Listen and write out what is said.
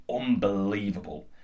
unbelievable